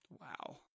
Wow